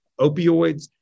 opioids